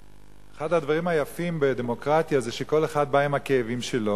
אחד הדברים היפים בדמוקרטיה זה שכל אחד בא עם הכאבים שלו,